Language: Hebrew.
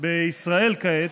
בישראל כעת,